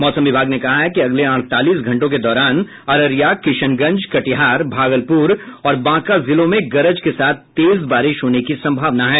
मौसम विभाग ने कहा है कि अगले अड़तालीस घंटों के दौरान अररिया किशनगंज कटिहार भागलपुर और बांका जिलों में गरज के साथ तेज बारिश होने की संभावना है